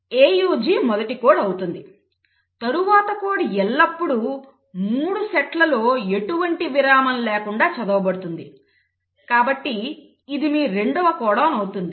AUG మొదటి code అవుతుంది తరువాత కోడ్ ఎల్లప్పుడూ 3 సెట్లలో ఎటువంటి విరామం లేకుండా చదవబడుతుంది కాబట్టి ఇది మీ రెండవ కోడాన్ అవుతుంది